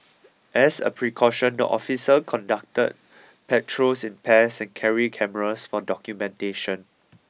as a precaution the officers conduct patrols in pairs and carry cameras for documentation